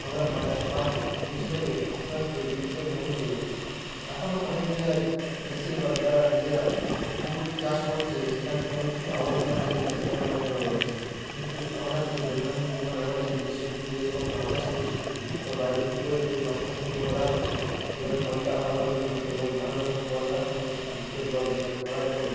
আমরা মাছ মাছ জিনিসটাকে আস্তে আস্তে বিলুপ্তের পথে নিয়ে যাচ্ছি এখনো অনেক জায়গায় বেশিরভাগ যারা নিজেরা পুকুর চাষ করছে সেখানে কোনো কিছু আবর্জনা ফেলছে না সেকানে মাছ ভালো হচ্ছে কিন্তু আমরা যে দৈনন্দিন জীবনে আমাদের নিজস্ব পুকুরে যে ধরুন মাছ চাষ করছি বা বাইরের পুকুরের যে মাছ চাষগুলো করা হচ্ছে সেখানের ময়লা আবর্জনা এবং নানা রকম কলকারখানা সে দূষিত জল সেখানে পড়ার ফলে